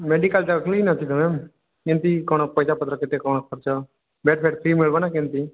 medical ଯାଉ ଶୁଣିନକି ତୁମେ ମ୍ୟାମ୍ ଯେମିତି କ'ଣ ପଇସା ପତ୍ର କେତେ କ'ଣ ଖର୍ଚ ବେଡ଼୍ ଫେଡ଼୍ ଫ୍ରୀ ମିଳିବ ନା କେମିତି